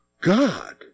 God